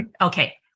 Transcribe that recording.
Okay